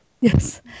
Yes